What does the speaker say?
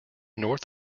north